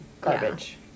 garbage